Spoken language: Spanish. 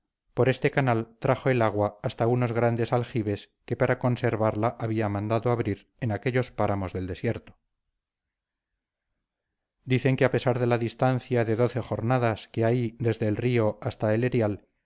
por este canal trajo el agua hasta unos grandes aljibes que para conservarla había mandado abrir en aquellos páramos del desierto dicen que a pesar de la distancia de doce jornadas que hay desde el río hasta el erial